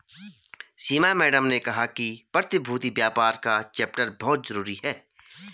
सीमा madam ने कहा कि प्रतिभूति व्यापार का चैप्टर बहुत जरूरी है